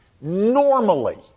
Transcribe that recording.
Normally